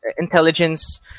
intelligence